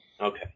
Okay